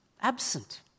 absent